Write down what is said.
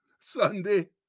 Sunday